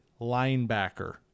linebacker